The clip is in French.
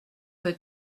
peu